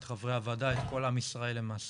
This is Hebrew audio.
את חברי הוועדה ואת כל עם ישראל למעשה,